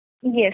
Yes